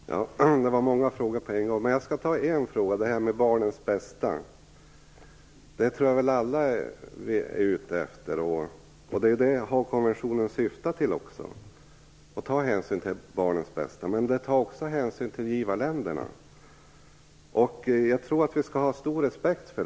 Fru talman! Det var många frågor på en gång. Jag skall ta en fråga, den om barnens bästa. Jag tror att alla är ute efter barnens bästa, och det är också vad Haagkonventionen syftar till. Den tar hänsyn till barnens bästa. Men den tar också hänsyn till givarländerna, och det tror jag att vi skall ha stor respekt för.